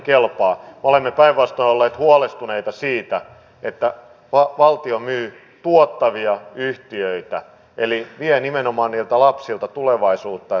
me olemme päinvastoin olleet huolestuneita siitä että valtio myy tuottavia yhtiöitä eli vie nimenomaan lapsilta tulevaisuutta